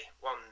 One